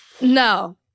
No